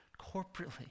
corporately